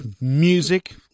music